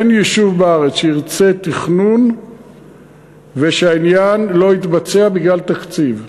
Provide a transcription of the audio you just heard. אין יישוב בארץ שירצה תכנון והעניין לא יתבצע בגלל תקציב.